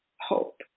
hope